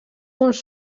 uns